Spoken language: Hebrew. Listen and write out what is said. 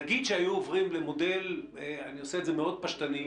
נגיד שהיו עוברים למודל אני עושה את זה מאוד פשטני,